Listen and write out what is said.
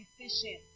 decision